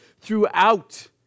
throughout